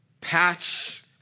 patch